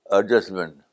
Adjustment